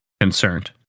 concerned